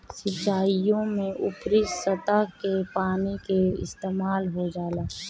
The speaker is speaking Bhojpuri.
सिंचाईओ में ऊपरी सतह के पानी के इस्तेमाल हो जाला